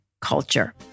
culture